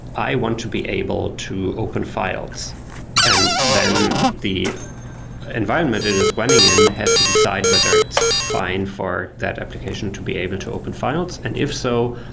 i want to be able to open files and then the environment it is running in has to decide whether it's fine for that application to be able to open files. and if so,